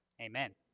Amen